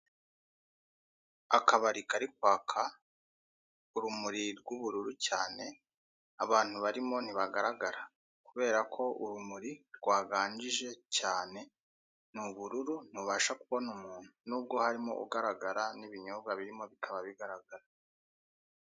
Akabari kari kwaka urumuri rw'ubururu cyane, abantu barimo ntibagaragara kubera ko urumuri rwaganjije cyane ni ubururu, ntubasha kubona umuntu nubwo harimo ugaragara n'ibinyobwa birimo bikaba bigaragara.